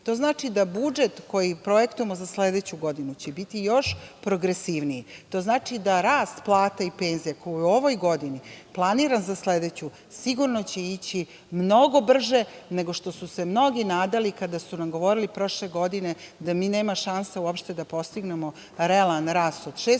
znači da budžet koji projektujemo za sledeću godinu će biti još progresivniji. Ti znači da rast plata i penzija koji je u ovoj godini planiran za sledeću sigurno će ići mnogo brže nego što su se mnogi nadali, kada su nam govorili prošle godine da mi nema šanse da postignemo realan rast od 6%,